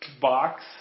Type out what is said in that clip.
box